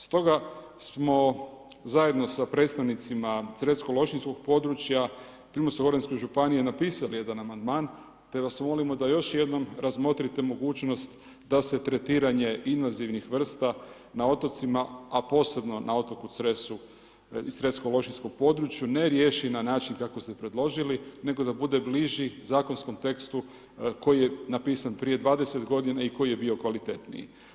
Stoga smo zajedno s predstavnicima Cresko lošinjskog područja, Primorsko goranske županije napisali jedan amandman, te vas molimo da još jednom razmotrite mogućnost da se tretiranje invazivnih vrsta na otocima, a posebno na otoku Cresu i cresko lošinjskom području ne riješi na način kako ste preložili, nego da bude bliži zakonskom tekstu koji je napisan prije 20 g. i koji je bio kvalitetniji.